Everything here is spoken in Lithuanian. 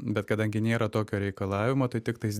bet kadangi nėra tokio reikalavimo tai tiktais